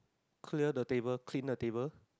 clear the table clean the table